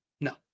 No